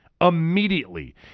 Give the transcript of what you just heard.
immediately